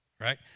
right